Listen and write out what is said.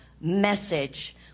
message